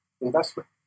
investment